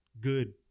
good